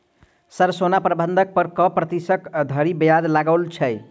Sir सोना बंधक पर कऽ प्रतिशत धरि ब्याज लगाओल छैय?